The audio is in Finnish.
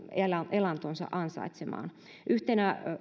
elantonsa ansaitsemaan yhtenä